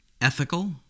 ethical